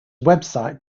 website